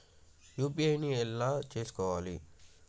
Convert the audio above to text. UPI ను ఎలా చేస్కోవాలి?